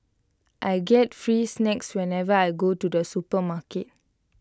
I get free snacks whenever I go to the supermarket